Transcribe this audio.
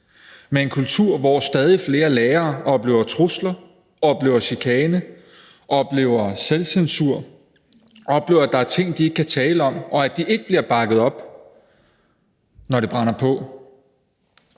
med en kultur, hvor stadig flere lærere oplever trusler, oplever chikane, oplever selvcensur, oplever, at der er ting, de ikke kan tale om, og at de ikke bliver bakket op, når det brænder på.